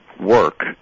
work